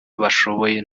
bashoboye